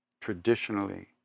traditionally